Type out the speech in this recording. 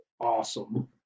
awesome